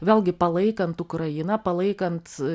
vėlgi palaikant ukrainą palaikant